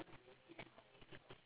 smart T_Vs